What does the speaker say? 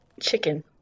chicken